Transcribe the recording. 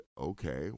okay